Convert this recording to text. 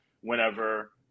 whenever